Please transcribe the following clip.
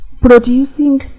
producing